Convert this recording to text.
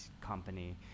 company